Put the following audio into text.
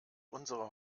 unsere